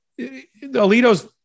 Alito's